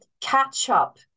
catch-up